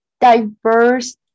diverse